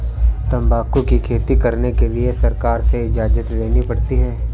तंबाकू की खेती करने के लिए सरकार से इजाजत लेनी पड़ती है